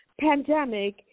pandemic